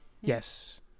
Yes